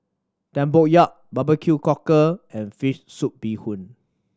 tempoyak barbecue cockle and fish soup bee hoon